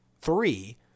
three